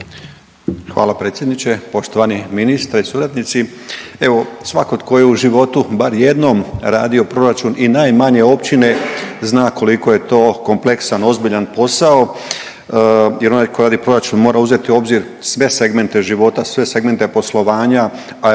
Hvala predsjedniče, poštovani ministre i suradnici. Evo svatko tko je u životu bar jednom radio proračun i najmanje općine zna koliko je to kompleksan i ozbiljan posao jer onaj ko radi proračun mora uzeti u obzir sve segmente života, sve segmente poslovanja, a